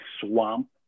swamp